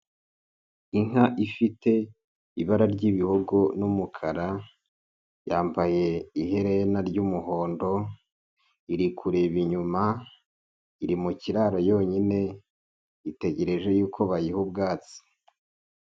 Inka ifite ibara ry'ibihogo n'umukara, yambaye iherena ry'umuhondo, iri kureba inyuma, iri mu kiraro yonyine, itegereje yuko bayiha ubwatsi.